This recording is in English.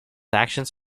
actions